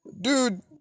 dude